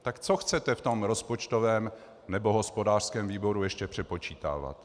Tak co chcete v tom rozpočtovém nebo hospodářském výboru ještě přepočítávat?